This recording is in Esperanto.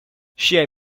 ŝiaj